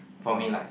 !wow!